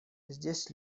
здесь